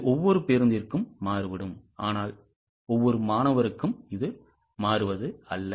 இது ஒவ்வொரு பேருந்திற்கும் மாறுபடும் ஆனால் ஒரு மாணவருக்கு அல்ல